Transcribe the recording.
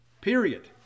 Period